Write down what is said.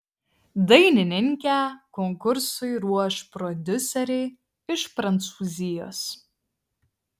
dainininkę konkursui ruoš prodiuseriai iš prancūzijos